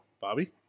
Bobby